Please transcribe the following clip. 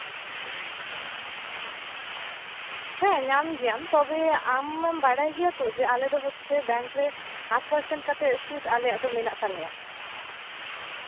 ᱦᱮᱸ ᱧᱟᱢ ᱜᱮᱭᱟᱢ ᱛᱚᱵᱮ ᱟᱢᱮᱢ ᱵᱟᱲᱟᱭ ᱜᱮᱭᱟ ᱛᱚ ᱡᱮ ᱟᱞᱮ ᱫᱚ ᱦᱚᱪᱪᱷᱮ ᱵᱮᱝᱠ ᱨᱮ ᱯᱟᱸᱪ ᱯᱟᱨᱥᱮᱱ ᱠᱟᱛᱮ ᱥᱩᱫ ᱟᱞᱮᱭᱟᱜ ᱫᱚ ᱢᱮᱱᱟᱜ ᱛᱟᱞᱮᱭᱟ